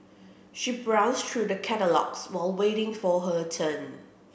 she browsed through the catalogues while waiting for her turn